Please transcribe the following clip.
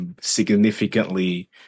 significantly